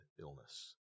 illness